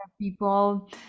people